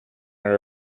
are